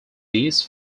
this